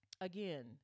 again